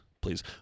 Please